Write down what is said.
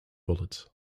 bullets